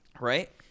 Right